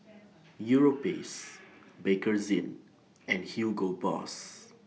Europace Bakerzin and Hugo Boss